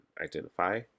identify